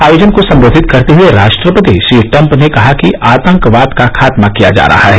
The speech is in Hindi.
आयोजन को संबोधित करते हुए राष्ट्रपति श्री ट्रम्प ने कहा कि आतंकवाद का खातमा किया जा रहा है